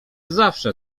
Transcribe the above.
zawsze